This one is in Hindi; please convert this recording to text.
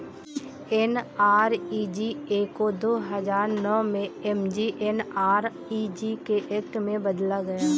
एन.आर.ई.जी.ए को दो हजार नौ में एम.जी.एन.आर.इ.जी एक्ट में बदला गया